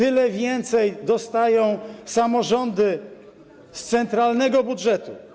Tyle więcej dostają samorządy z centralnego budżetu.